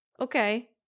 Okay